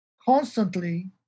constantly